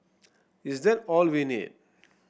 is that all we need